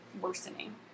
worsening